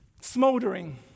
smoldering